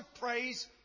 praise